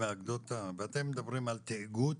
העובדים ואתם מדברים על תאגוד,